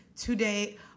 today